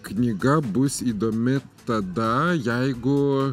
knyga bus įdomi tada jeigu